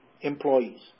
employees